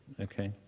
okay